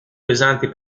pesanti